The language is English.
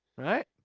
right?